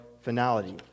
finality